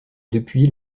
depuis